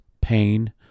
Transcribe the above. pain